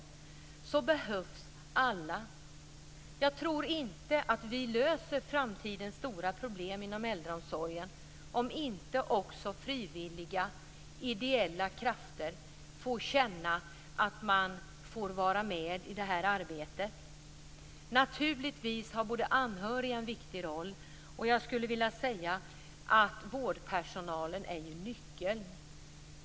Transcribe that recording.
I det arbetet behövs alla. Jag tror inte att vi löser framtidens stora problem inom äldreomsorgen om inte också frivilliga ideella krafter får känna att de får vara med i det arbetet. Naturligtvis har anhöriga en viktig roll. Vårdpersonalen är här nyckeln.